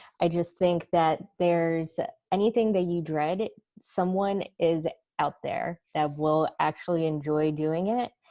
i just think that there's anything that you dread, someone is out there that will actually enjoy doing it,